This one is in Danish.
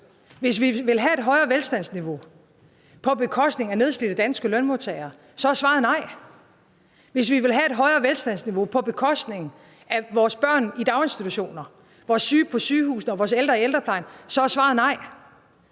Hvis man vil have et højere velstandsniveau på bekostning af nedslidte danske lønmodtagere, er svaret nej. Hvis man vil have et højere velstandsniveau på bekostning af vores børn i daginstitutionerne, vores syge på sygehusene og vores ældre i ældreplejen, er svaret nej.